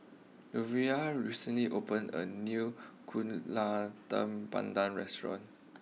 Lovina recently opened a new Kueh Talam Tepong Pandan restaurant